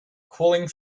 cooling